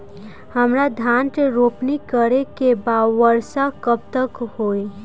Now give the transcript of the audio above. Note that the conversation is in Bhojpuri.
हमरा धान के रोपनी करे के बा वर्षा कब तक होई?